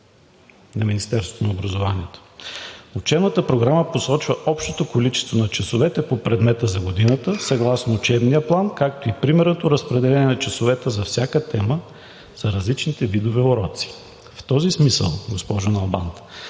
на Министерството на образованието: „Учебната програма посочва общото количество на часовете по предмета за годината съгласно учебния план, както и примерното разпределение на часовете за всяка тема за различните видове уроци.“ В този смисъл, госпожо Налбант,